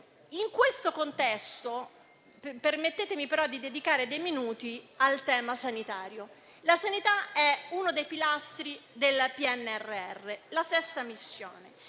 In questo contesto permettetemi però di dedicare alcuni minuti al tema sanitario: la sanità è uno dei pilastri del PNRR, la sesta missione,